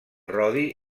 rodi